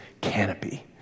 canopy